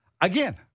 again